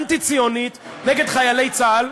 אנטי-ציונית, נגד חיילי צה"ל.